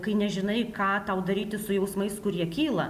kai nežinai ką tau daryti su jausmais kurie kyla